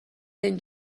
این